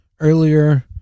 earlier